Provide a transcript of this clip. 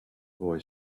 boy